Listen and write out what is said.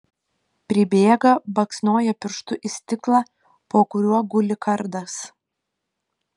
pribėga baksnoja pirštu į stiklą po kuriuo guli kardas